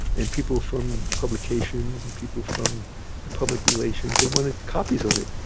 and people from publications and people from the public relations, they wanted copies of it.